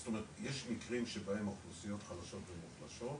זאת אומרת יש מקרים שבהם האוכלוסיות חלשות ומוחלשות,